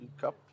Cup